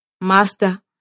Master